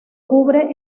cubre